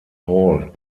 hall